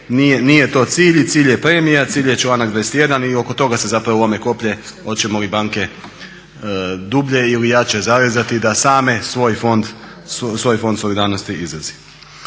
nije to cilj, cilj je premija, cilj je članak 21 i oko toga se lome koplja hoćemo li banke dublje ili jače zarezati da same svoj fond solidarnosti izrazi.